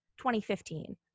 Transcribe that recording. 2015